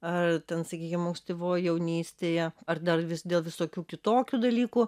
ar ten sakykim ankstyvoj jaunystėje ar dar vis dėl visokių kitokių dalykų